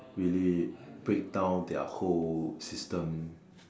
really breakdown their whole system